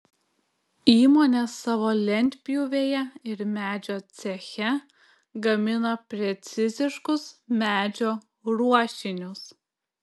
įmonė savo lentpjūvėje ir medžio ceche gamina preciziškus medžio ruošinius